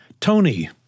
Tony